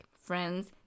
friends